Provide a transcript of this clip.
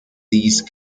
lease